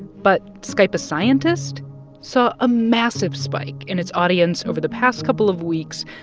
but skype a scientist saw a massive spike in its audience over the past couple of weeks,